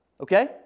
okay